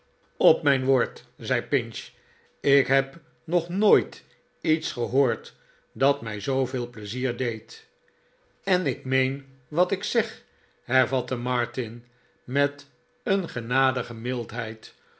op mijn woord zei pinch ik heb nog nooit iets gehoord dat mij zooveel pleizier deed en ik meen wat ik zeg hervatte martin met een genadige mildheid